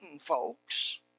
folks